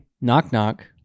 Knock-knock